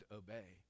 obey